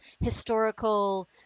historical